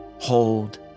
Hold